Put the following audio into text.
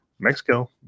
Mexico